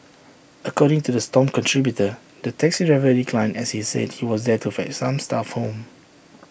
according to the stomp contributor the taxi driver declined as he said he was there to fetch some staff home